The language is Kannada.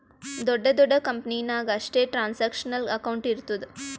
ದೊಡ್ಡ ದೊಡ್ಡ ಕಂಪನಿ ನಾಗ್ ಅಷ್ಟೇ ಟ್ರಾನ್ಸ್ಅಕ್ಷನಲ್ ಅಕೌಂಟ್ ಇರ್ತುದ್